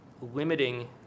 limiting